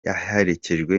aherekejwe